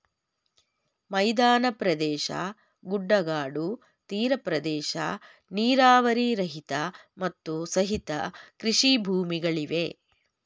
ಮೈದಾನ ಪ್ರದೇಶ, ಗುಡ್ಡಗಾಡು, ತೀರ ಪ್ರದೇಶ, ನೀರಾವರಿ ರಹಿತ, ಮತ್ತು ಸಹಿತ ಕೃಷಿ ಭೂಮಿಗಳಿವೆ